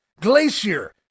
Glacier